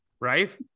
Right